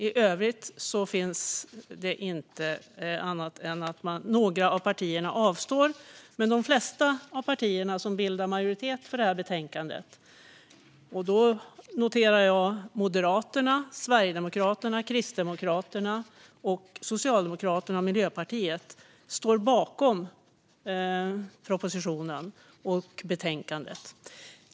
I övrigt finns det inget annat än att några av partierna avstår. Men de flesta partierna bildar majoritet för utskottets förslag i betänkandet. Jag noterar att Moderaterna, Sverigedemokraterna, Kristdemokraterna, Socialdemokraterna och Miljöpartiet står bakom propositionen och betänkandet. Herr talman!